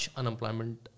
unemployment